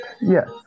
Yes